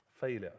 failure